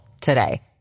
today